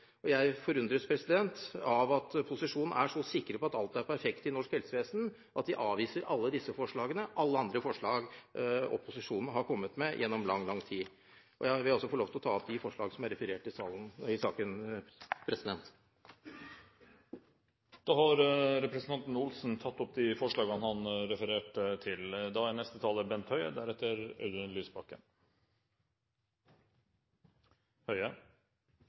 Jeg forundres over at posisjonen er så sikre på at alt er perfekt i norsk helsevesen, at de avviser alle disse forslagene og alle andre forslag som opposisjonen har kommet med gjennom lang, lang tid. Jeg vil også få lov til å ta opp forslagene i saken. Representanten Per Arne Olsen har tatt opp de forslagene han refererte til.